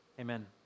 Amen